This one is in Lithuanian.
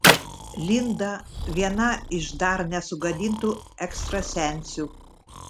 linda viena iš dar nesugadintų ekstrasensių